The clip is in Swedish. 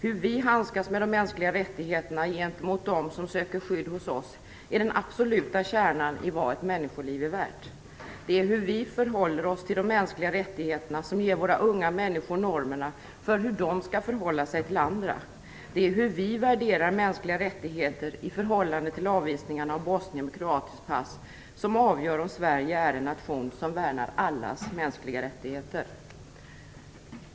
Hur vi handskas med de mänskliga rättigheterna gentemot dem som söker skydd hos oss är den absoluta kärnan i frågan om vad ett människoliv är värt. Det är vårt förhållande till de mänskliga rättigheterna som ger våra unga människor normerna för hur de skall förhålla sig till andra. Det är hur vi värderar mänskliga rättigheter i förhållande till avvisningarna av bosnier med kroatiskt pass som avgör om Sverige är en nation som värnar allas mänskliga rättigheter.